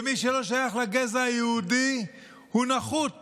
ומי שלא שייך לגזע היהודי הוא נחות